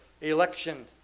election